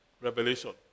revelation